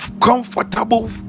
comfortable